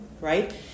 Right